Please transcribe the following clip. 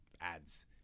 ads